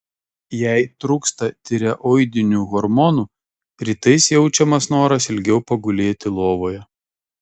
jei trūksta tireoidinių hormonų rytais jaučiamas noras ilgiau pagulėti lovoje